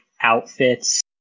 outfits